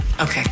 Okay